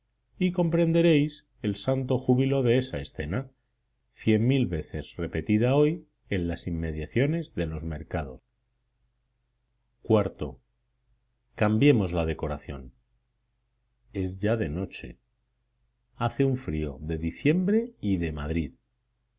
y comprenderéis el santo júbilo de esa escena cien mil veces repetida hoy en las inmediaciones de los mercados iv cambiemos la decoración es ya de noche hace un frío de diciembre y de madrid